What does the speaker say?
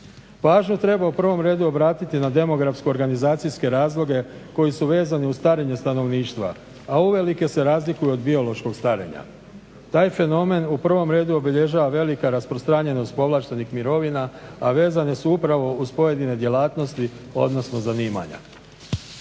Pažnju treba u prvom redu obratiti na demografsko-organizacijske razloge koji su vezani uz starenje stanovništva, a uvelike se razlikuju od biološkog starenja. Taj fenomen u prvom redu obilježava velika rasprostranjenost povlaštenih mirovina, a vezane su upravo uz pojedine djelatnosti, odnosno zanimanja.